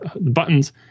buttons